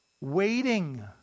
Waiting